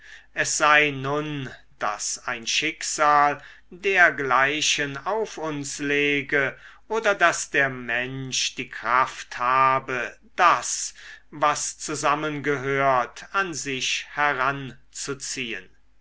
es sei nun daß ein schicksal dergleichen auf uns lege oder daß der mensch die kraft habe das was zusammengehört an sich heranzuziehen